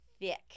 thick